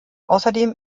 außerdem